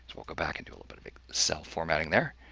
we'll go back and do a little bit of cell formatting there.